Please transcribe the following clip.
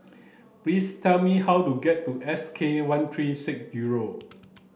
please tell me how to get to S K one three six zero